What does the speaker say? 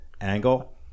angle